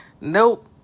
Nope